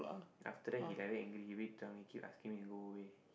after that he very angry he keep tell me keep asking me to go away